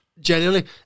Genuinely